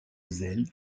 zèle